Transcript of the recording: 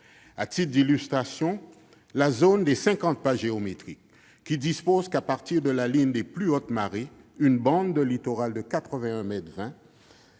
à titre d'illustration, la zone des cinquante pas géométriques, aux termes de laquelle, à partir de la ligne des plus hautes marées, une bande de littoral de 81,20 mètres